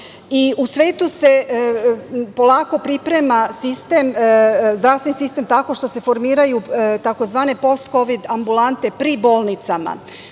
U svetu se polako priprema sistem, zdravstveni sistem, tako što se formiraju tzv. post kovid ambulante pri bolnicama. Moje